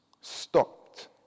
stopped